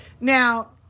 Now